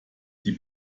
die